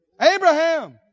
Abraham